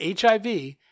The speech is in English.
HIV